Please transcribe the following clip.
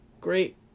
great